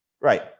Right